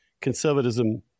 conservatism